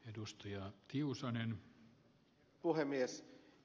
arvoisa herra puhemies